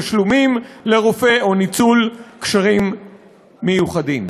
תשלומים לרופא או ניצול קשרים מיוחדים.